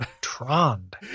trond